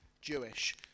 Jewish